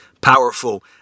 powerful